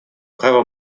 право